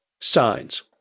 signs